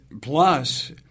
plus